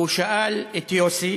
והוא שאל את יוסי,